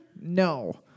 No